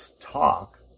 talk